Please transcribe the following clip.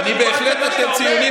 אני בהחלט אתן ציונים.